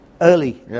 early